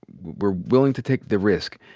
we're willing to take the risk?